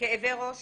כאבי ראש,